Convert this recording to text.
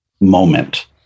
moment